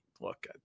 look